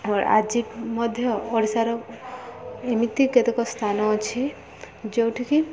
ଆଉ ଆଜି ମଧ୍ୟ ଓଡ଼ିଶାର ଏମିତି କେତେକ ସ୍ଥାନ ଅଛି ଯେଉଁଠିକି